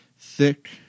thick